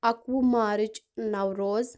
اَکوُہ مارٕچ نوروز